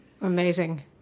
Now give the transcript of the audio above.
Amazing